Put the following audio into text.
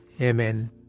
Amen